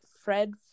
Fred